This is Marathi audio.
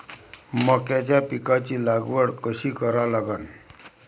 मक्याच्या पिकाची लागवड कशी करा लागन?